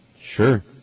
Sure